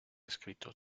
escrito